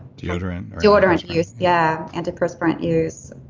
deodorant. deodorant use, yeah, antiperspirant use.